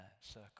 circle